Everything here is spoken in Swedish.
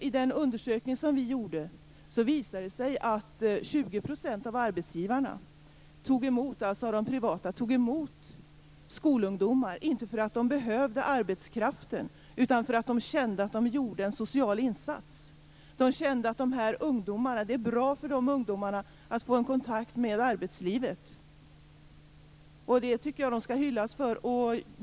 I den undersökning som vi gjorde visade det sig att 20 % av de privata arbetsgivarna tog emot skolungdomar inte därför att de behövde arbetskraften utan därför att de kände att de därigenom gjorde en social insats. De kände att det var bra för de här ungdomarna att få en kontakt med arbetslivet. Jag tycker de skall hyllas för detta.